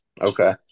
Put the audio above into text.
Okay